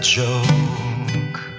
joke